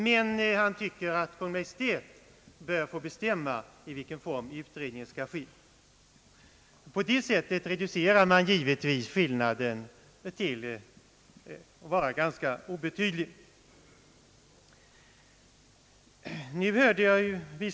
Herr Hjorth tycker emellertid att Kungl. Maj:t bör få bestämma, i vilken form utredningen skall ske. På det sättet reduceras givetvis skillnaden mellan majoriteten och minoriteten till att bli ganska obetydlig.